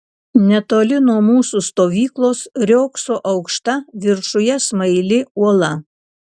netoli nuo mūsų stovyklos riogso aukšta viršuje smaili uola